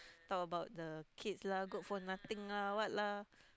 talk about the kids lah good for nothing lah what lah